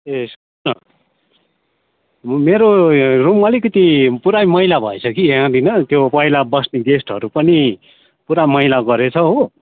ए मेरो रुम अलिकति पुरै मैला भएछ कि यहाँनिर त्यो पहिला बस्ने गेस्टहरू पनि पुरा मैला गरेछ हो